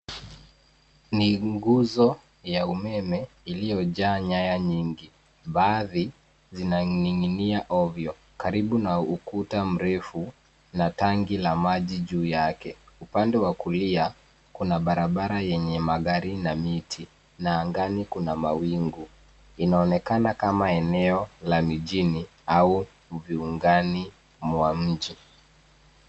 Ni nguzo ya umeme iliyo jaa nyaya nyingi baadhi zinaninginia ovyo karibu na ukuta mrefu na tangi la maji juu yake. Upande wa kulia kuna barabara yenye magari na miti na angani kuna mawingu. Iinaonekana kama eneo la mijini au viungani vya mji.